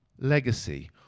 Legacy